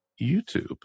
YouTube